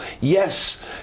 yes